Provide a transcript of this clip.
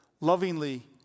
lovingly